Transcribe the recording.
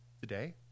today